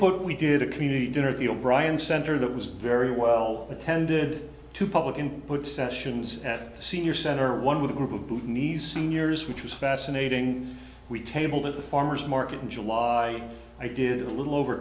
input we did a community dinner at the o'brien center that was very well attended to public input sessions at the senior center one with a group of nice seniors which was fascinating we tabled at the farmers market in july i did a little over